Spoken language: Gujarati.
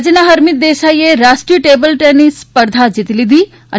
રાજ્યના હરમીત દેસાઈએ રાષ્ટ્રીય ટેબલ ટેનિસ સ્પર્ધા જીતી લીધી